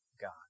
God